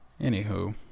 anywho